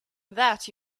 that